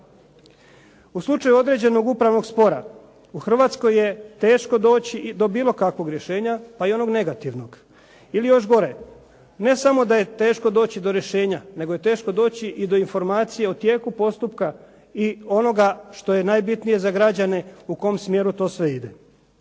U slučaju određenog upravnog spora, u Hrvatskoj je teško doći i do bilo kakvog rješenja pa i onog negativnog. Ili još gore, ne samo da je teško doći do rješenja, nego je teško doći i do informacija o tijeku postupka i onoga što je najbitnije za građane u kom smjeru to sve ide.